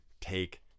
take